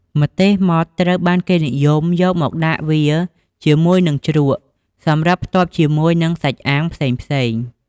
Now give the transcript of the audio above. ម្ទេសម៉ត់ត្រូវបានគេនិយមយកមកដាក់វាជាមួយនិងជ្រក់សម្រាប់ផ្ទាប់ជាមួយនិងសាច់អាំងផ្សេងៗ។